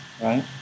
right